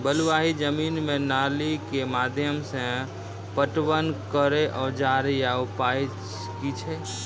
बलूआही जमीन मे नाली के माध्यम से पटवन करै औजार या उपाय की छै?